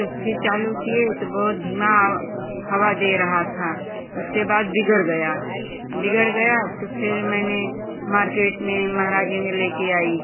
तब फिर चालू किए तो बहुत धीमा हवा दे रहा था उसके बाद बिगड़ गया बिगड़ गया तो फिर मैंने मार्केट में महाराजगंज लेके आई